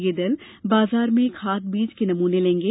यह दल बाजार में खाद बीज के नमूने लेंगे